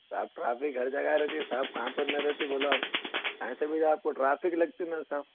صاحب ٹریفک ہر جگہ رہتی ہے صاحب کہاں پر نہیں رہتی بولو آپ ایسے میں جو آپ کو ٹریفک لگتی نا صاحب